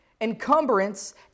encumbrance